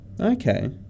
Okay